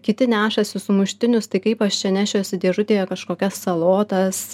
kiti nešasi sumuštinius tai kaip aš čia nešiuosi dėžutėje kažkokias salotas